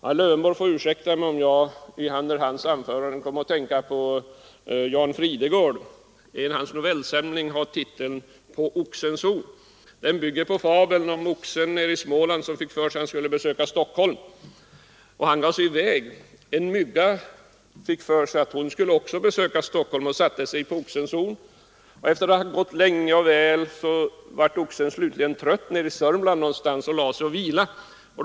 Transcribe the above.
Herr Lövenborg får ursäkta att jag under hans anförande kom att tänka på Jan Fridegårds novellsamling På oxens horn. Den bygger på fabeln om oxen nere i Småland, som fick för sig att han skulle besöka Stockholm. Han gav sig i väg, och en mygga som också hade fått för sig att hon skulle till Stockholm satte sig då på oxens horn. Efter att ha gått länge och väl blev oxen trött när han hunnit till en plats någonstans i Sörmland, och därför lade han sig för att vila.